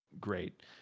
great